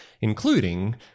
including